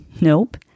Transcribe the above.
Nope